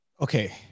Okay